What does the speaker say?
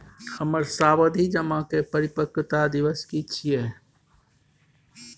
हमर सावधि जमा के परिपक्वता दिवस की छियै?